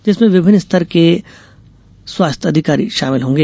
जिसमें विभिन्न स्तर के स्वास्थ्य अधिकारी शामिल होंगे